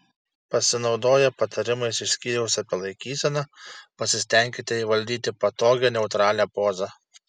pasinaudoję patarimais iš skyriaus apie laikyseną pasistenkite įvaldyti patogią neutralią pozą